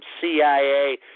CIA